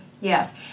Yes